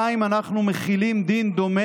2. אנחנו מחילים דין דומה